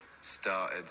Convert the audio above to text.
started